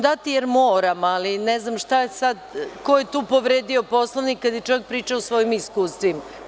Daću vam jer moram, ali ne znam ko je tu povredio Poslovnik, kada je čovek pričao o svojim iskustvima.